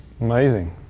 Amazing